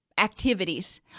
activities